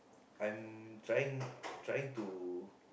I'm trying trying to